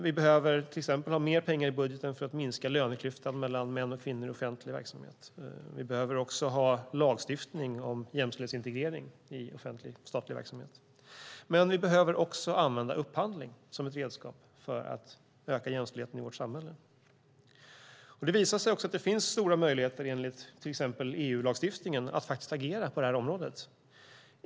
Vi behöver till exempel ha mer pengar i budgeten för att minska löneklyftan mellan män och kvinnor i offentlig verksamhet. Vi behöver också ha lagstiftning om jämställdhetsintegrering i offentlig och statlig verksamhet. Men vi behöver även använda upphandling som ett redskap för att öka jämställdheten i vårt samhälle. Det visar sig att det finns stora möjligheter enligt till exempel EU-lagstiftningen att faktiskt agera på det här området.